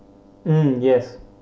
mm yes